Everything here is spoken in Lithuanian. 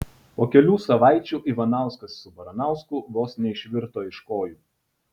po kelių savaičių ivanauskas su baranausku vos neišvirto iš kojų